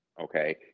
Okay